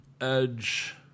Edge